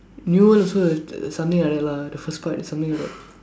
new world also have something like that lah the first part is something like that